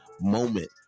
moment